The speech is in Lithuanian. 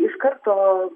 iš karto